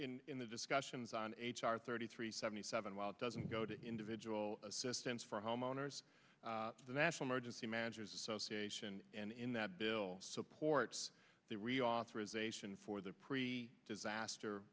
t in the discussions on h r thirty three seventy seven while it doesn't go to individual assistance for homeowners the national emergency managers association and in that bill supports the reauthorization for the pre disaster